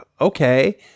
okay